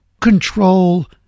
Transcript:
control